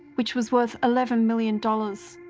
which was worth eleven million dollars.